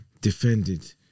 defended